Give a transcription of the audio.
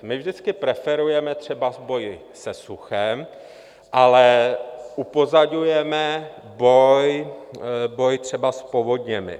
My vždycky preferujeme třeba boj se suchem, ale upozorňujeme boj třeba s povodněmi.